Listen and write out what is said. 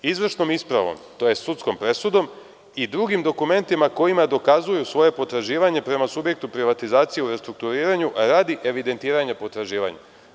Izvršnom ispravom tj. sudskom presudom i drugim dokumentima kojima dokazuju svoje potraživanje prema subjektu privatizacije u restrukturiranju radi evidentiranja potraživanja.